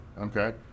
Okay